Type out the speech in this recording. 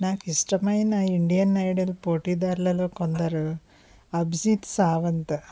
నాకు ఇష్టమైన Indian Idol పోటీ దారులలో కొందరు అభ్జిత్ సావంత్